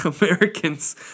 Americans